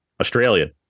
Australian